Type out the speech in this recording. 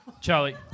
Charlie